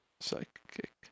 psychic